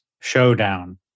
showdown